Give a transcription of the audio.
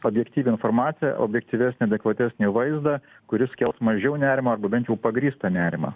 objektyvią informaciją objektyvesnį adekvatesnį vaizdą kuris kels mažiau nerimoarba bent jau pagrįstą nerimą